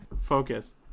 Focus